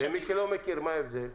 למי שלא מכיר, מה ההבדל?